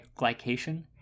glycation